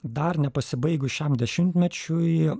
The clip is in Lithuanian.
dar nepasibaigus šiam dešimtmečiui